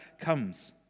comes